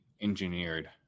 engineered